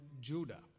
Judah